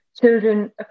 children